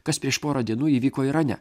kas prieš porą dienų įvyko irane